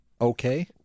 okay